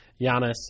Giannis